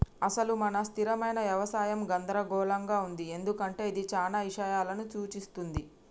అసలు మన స్థిరమైన యవసాయం గందరగోళంగా ఉంది ఎందుకంటే ఇది చానా ఇషయాలను సూఛిస్తుంది